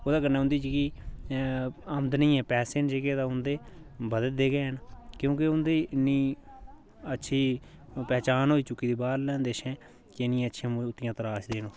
ओह्दे कन्नै उंदी जेह्की आंमदनी पैसे न जेह्के उंदे बधदे गै न क्युकि उंदी इन्नी अच्छी पैह्चान होई चुकी दी बाह्र देशे के इंडियां च मूरतियां तराशदे न